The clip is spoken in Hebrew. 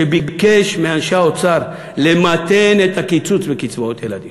שביקש מאנשי האוצר למתן את הקיצוץ בקצבאות הילדים: